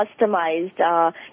customized